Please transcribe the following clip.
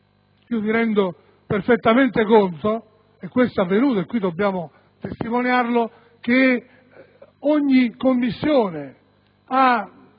Mi rendo perfettamente conto - ciò è avvenuto e qui dobbiamo testimoniarlo - che ogni Commissione ha